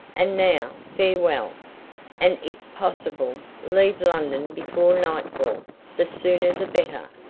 and now, farewell and, if possible, leave london before nightfall the sooner the better.